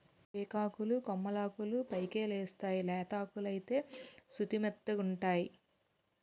టేకాకులు కొమ్మలాకులు పైకెలేస్తేయ్ లేతాకులైతే సుతిమెత్తగావుంటై